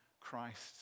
Christ